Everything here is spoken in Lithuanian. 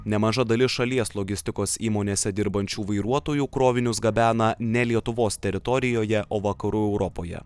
nemaža dalis šalies logistikos įmonėse dirbančių vairuotojų krovinius gabena ne lietuvos teritorijoje o vakarų europoje